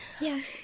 yes